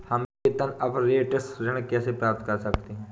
हम वेतन अपरेंटिस ऋण कैसे प्राप्त कर सकते हैं?